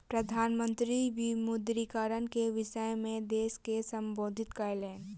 प्रधान मंत्री विमुद्रीकरण के विषय में देश के सम्बोधित कयलैन